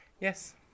Yes